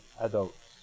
adults